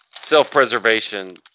self-preservation